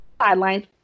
sidelines